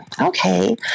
okay